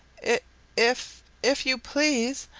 if if if you please,